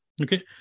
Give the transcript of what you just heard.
Okay